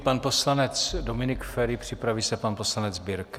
Pan poslanec Dominik Feri, připraví se pan poslanec Birke.